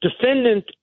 defendant